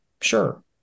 sure